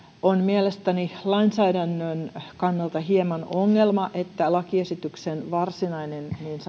on mielestäni lainsäädännön kannalta hieman ongelma että lakiesityksen varsinainen niin sanottu pihvi